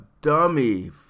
dummy